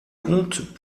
comptes